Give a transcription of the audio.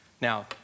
Now